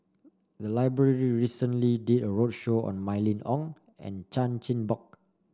the library recently did a roadshow on Mylene Ong and Chan Chin Bock